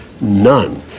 none